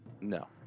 No